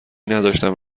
نداشتم